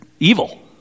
evil